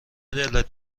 دلت